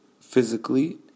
physically